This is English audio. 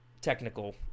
technical